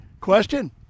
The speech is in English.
question